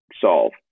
solve